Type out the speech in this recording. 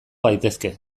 gaitezke